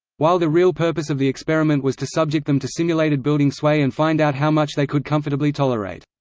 while the real purpose of the experiment was to subject them to simulated building sway and find out how much they could comfortably tolerate.